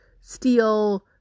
steel